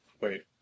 Wait